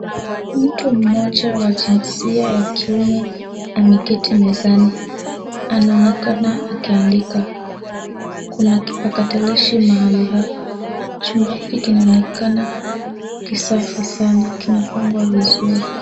Mtu mmoja wa jinsia ya kiume ameketi mezani. Anaonekana akiandika. Kuna kipakatalishi mahali hapa. Chumba hiki kinaonekana kisafi sana, kimepangwa vizuri.